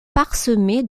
parsemée